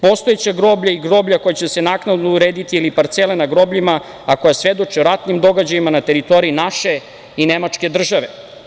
Postojeća groblja i groblja koja će se naknadno urediti ili parcele na grobljima, a koja svedoče o ratnim događajima na teritoriji naše i nemačke države.